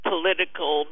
political